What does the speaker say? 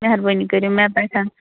مہربٲنی کٔرِو مےٚ پٮ۪ٹھ